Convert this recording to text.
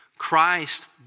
Christ